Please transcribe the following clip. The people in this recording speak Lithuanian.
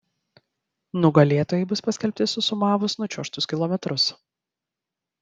nugalėtojai bus paskelbti susumavus nučiuožtus kilometrus